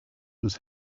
was